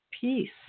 peace